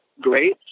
great